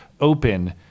open